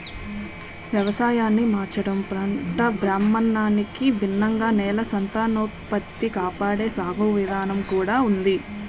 వ్యవసాయాన్ని మార్చడం, పంట భ్రమణానికి భిన్నంగా నేల సంతానోత్పత్తి కాపాడే సాగు విధానం కూడా ఉంది